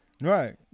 Right